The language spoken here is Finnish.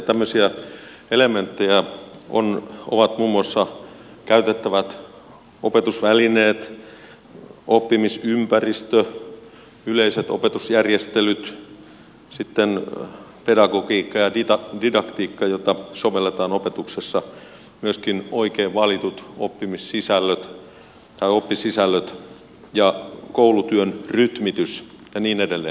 tämmöisiä elementtejä ovat muun muassa käytettävät opetusvälineet oppimisympäristö yleiset opetusjärjestelyt pedagogiikka ja didaktiikka joita sovelletaan opetuksessa myöskin oikein valitut oppisisällöt ja koulutyön rytmitys ja niin edelleen